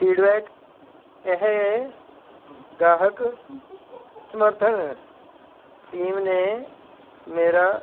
feedback एह् गाह्क समर्थन टीम ने मेरा